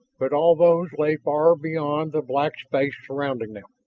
but all those lay far beyond the black space surrounding them.